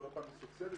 לא לפן הסוציאלי.